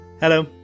Hello